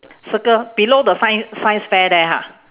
circle below the scien~ science fair there ha